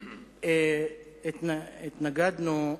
התנגדנו,